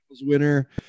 winner